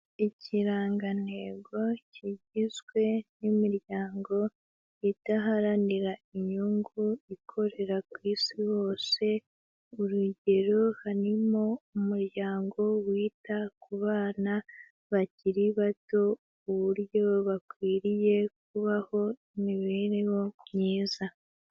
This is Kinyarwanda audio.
Ikirangantego kigizwe n'imiryango idaharanira inyungu, ikorera ku isi hose, urugero harimo umuryango wita ku bana bakiri bato, uburyo bakwiriye kubaho, imibereho myiza.